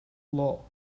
law